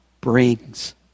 brings